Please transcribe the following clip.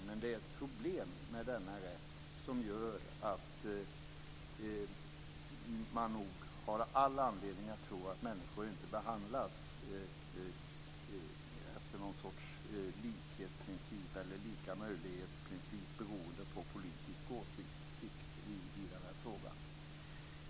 Men det finns ett problem med denna rätt som gör att man nog har all anledning att tro att människor inte behandlas efter någon sorts likhetsprincip eller lika möjlighetsprincip, beroende på politisk åsikt.